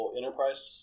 enterprise